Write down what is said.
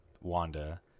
Wanda